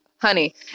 honey